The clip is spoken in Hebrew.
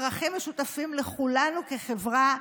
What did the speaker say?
ערכים משותפים לכולנו כחברה.